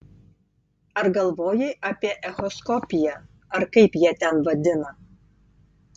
ar galvojai apie echoskopiją ar kaip jie ten vadina